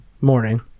morning